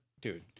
dude